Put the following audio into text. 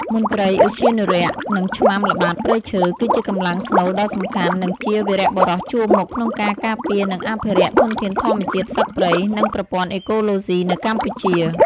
មន្ត្រីឧទ្យានុរក្ស និងឆ្មាំល្បាតព្រៃឈើ គឺជាកម្លាំងស្នូលដ៏សំខាន់ និងជា វីរបុរសជួរមុខ ក្នុងការការពារ និងអភិរក្សធនធានធម្មជាតិ សត្វព្រៃ និងប្រព័ន្ធអេកូឡូស៊ីនៅកម្ពុជា។